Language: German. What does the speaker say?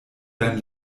dein